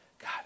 God